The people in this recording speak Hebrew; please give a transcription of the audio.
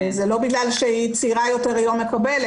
זה לא בגלל שהיא צעירה יותר היא לא מקבלת,